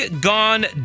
gone